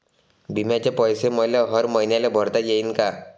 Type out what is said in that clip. बिम्याचे पैसे मले हर मईन्याले भरता येईन का?